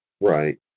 Right